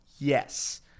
Yes